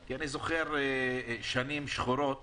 כי אני זוכר שנים שחורות